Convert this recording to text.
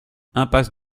impasse